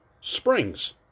springs